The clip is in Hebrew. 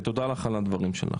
תודה לך על הדברים שלך.